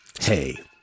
hey